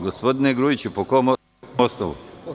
Gospodine Grujiću, po kom osnovu?